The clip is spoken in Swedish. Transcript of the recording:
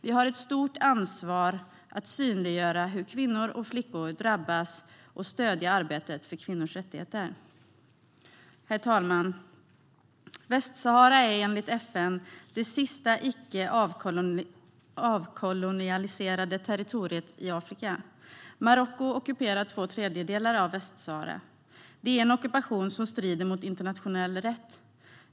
Vi har ett stort ansvar för att synliggöra hur kvinnor och flickor drabbas och för att stödja arbetet för kvinnors rättigheter Herr talman! Västsahara är enligt FN det sista icke avkolonialiserade territoriet i Afrika. Marocko ockuperar två tredjedelar av Västsahara. Det är en ockupation som strider mot internationell rätt.